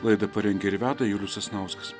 laidą parengė ir veda julius sasnauskas